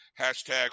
hashtag